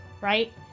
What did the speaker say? right